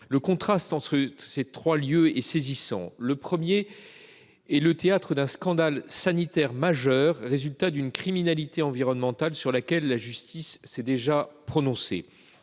Le contraste entre ces trois lieux est saisissant. Le premier est le théâtre d'un scandale sanitaire majeur, résultat d'une criminalité environnementale sur laquelle la justice s'est déjà prononcée.